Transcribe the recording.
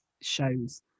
shows